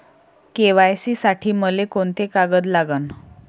KYC साठी मले कोंते कागद लागन?